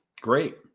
Great